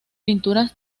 pinturas